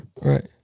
Right